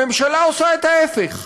הממשלה עושה את ההפך: